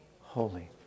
holy